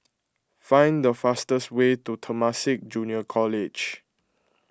find the fastest way to Temasek Junior College